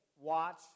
watch